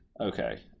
okay